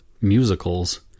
musicals